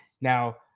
Now